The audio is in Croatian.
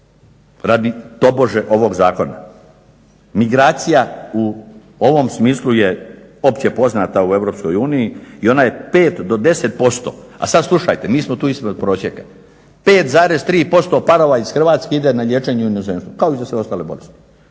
radi tobože ovog zakona? Migracija u ovom smislu je opće poznata u Europskoj uniji i ona je 5 do 10%, a sad slušajte mi smo tu ispod prosjeka. 5,3% parova iz Hrvatske ide na liječenje u inozemstvo kao i za sve ostale bolesti.